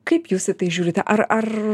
kaip jūs į tai žiūrite ar ar